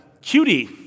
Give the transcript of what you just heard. cutie